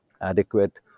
adequate